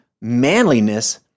manliness